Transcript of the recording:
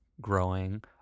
growing